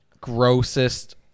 grossest